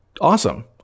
awesome